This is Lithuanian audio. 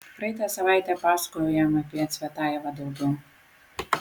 praeitą savaitę pasakojau jam apie cvetajevą daugiau